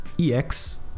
EX